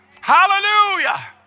Hallelujah